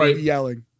yelling